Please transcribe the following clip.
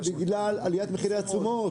זה בגלל עליית מחירי התשומות.